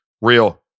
Real